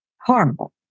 Horrible